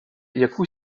яку